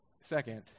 Second